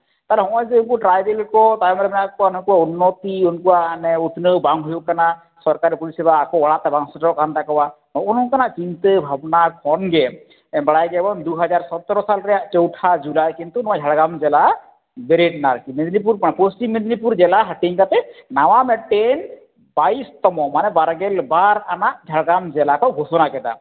ᱛᱟᱦᱞᱮ ᱦᱚᱸᱜᱼᱚᱭ ᱡᱮ ᱩᱱᱠᱩ ᱴᱨᱟᱭᱵᱮᱞ ᱠᱚ ᱛᱟᱭᱚᱢ ᱨᱮ ᱦᱮᱱᱟᱜ ᱠᱟᱜ ᱠᱚᱣᱟ ᱱᱩᱠᱩᱣᱟᱜ ᱩᱱᱱᱚᱛᱤ ᱩᱱᱠᱩᱣᱟᱜ ᱩᱛᱱᱟᱹᱣ ᱵᱟᱝ ᱦᱩᱭᱩᱜ ᱠᱟᱱᱟ ᱥᱚᱨᱠᱟᱨᱤ ᱯᱚᱨᱤᱥᱮᱵᱟ ᱟᱠᱚ ᱚᱲᱟᱜ ᱛᱮ ᱵᱟᱝ ᱥᱮᱴᱮᱨᱚᱜ ᱠᱟᱱ ᱛᱟᱠᱚᱣᱟ ᱦᱚᱸᱜᱼᱚ ᱱᱚᱝᱠᱟᱱᱟᱜ ᱪᱤᱱᱛᱟᱹ ᱵᱷᱟᱵᱽᱱᱟ ᱠᱷᱚᱱ ᱜᱮ ᱵᱟᱲᱟᱭ ᱜᱮᱭᱟᱵᱚᱱ ᱫᱩ ᱦᱟᱡᱟᱨ ᱥᱚᱛᱨᱚ ᱥᱟᱞ ᱨᱮ ᱪᱳᱣᱴᱷᱟ ᱡᱩᱞᱟᱭ ᱠᱤᱱᱛᱩ ᱱᱚᱣᱟ ᱡᱷᱟᱲᱜᱨᱟᱢ ᱡᱮᱞᱟ ᱵᱮᱨᱮᱫ ᱱᱟ ᱟᱨᱠᱤ ᱢᱮᱫᱽᱱᱤᱯᱩᱨ ᱵᱟᱝ ᱯᱚᱥᱪᱤᱢ ᱢᱮᱫᱽᱱᱤᱯᱩᱨ ᱡᱮᱞᱟ ᱦᱟᱹᱴᱤᱧ ᱠᱟᱛᱮ ᱱᱟᱣᱟ ᱢᱮᱫᱴᱮᱱ ᱵᱟᱭᱤᱥ ᱛᱚᱢᱚ ᱢᱟᱱᱮ ᱵᱟᱨᱜᱮᱞ ᱵᱟᱨ ᱟᱱᱟᱜ ᱡᱷᱟᱲᱜᱨᱟᱢ ᱡᱮᱞᱟ ᱠᱚ ᱜᱷᱳᱥᱳᱱᱟ ᱠᱮᱫᱟ